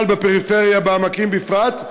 בפריפריה בכלל ובעמקים בפרט,